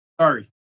Sorry